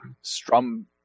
strum